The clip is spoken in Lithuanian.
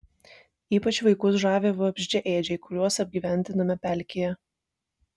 ypač vaikus žavi vabzdžiaėdžiai kuriuos apgyvendiname pelkėje